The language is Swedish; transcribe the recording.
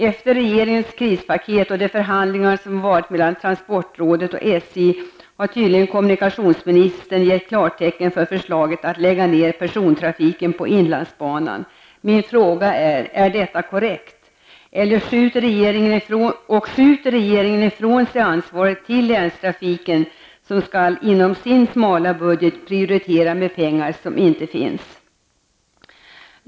Efter regeringens krispaket och de förhandlingar som förts mellan transportrådet och SJ, har tydligen kommunikationsministern gett klartecken för förslaget att lägga ned persontrafiken på inlandsbanan. Jag måste få ställa frågan: Är detta korrekt? Skjuter regeringen ifrån sig ansvaret till länstrafiken, som inom sin smala budget skall prioritera med pengar som inte finns?